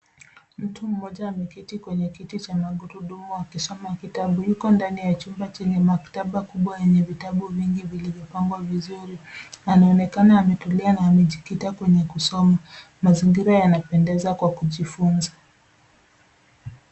Mtu mmoja ameketi kwenye kiti cha magurudumu akisoma kitabu. Yuko ndani ya chumba chenye maktaba kubwa yenye vitabu vingi vilivyopangwa vizuri, anaonekana ametulia na amejikita kwenye kusoma. Mazingira yanapedeza kwa kujifunza.